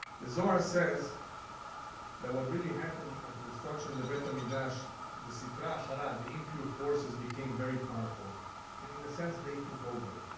the zohar says that what really happened at the destruction of the but i mean temple the sitra achara, the impure forces, became very powerful, and in a sense they took over.